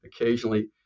occasionally